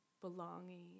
belonging